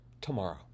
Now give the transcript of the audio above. tomorrow